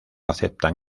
aceptan